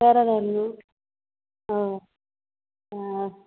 ಪ್ಯಾರಲೆ ಹಣ್ಣು ಹಾಂ ಹಾಂ